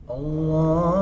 Allah